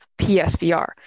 PSVR